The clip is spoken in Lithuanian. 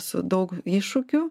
su daug iššūkių